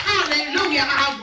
Hallelujah